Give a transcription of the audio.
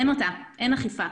אין אכיפה.